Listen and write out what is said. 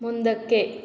ಮುಂದಕ್ಕೆ